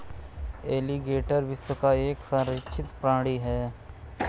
alligator विश्व का एक संरक्षित प्राणी है